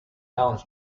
balance